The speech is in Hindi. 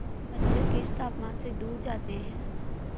मच्छर किस तापमान से दूर जाते हैं?